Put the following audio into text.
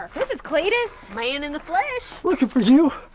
this is cletus? man in the flesh. looking for you.